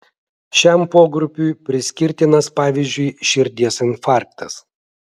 šiam pogrupiui priskirtinas pavyzdžiui širdies infarktas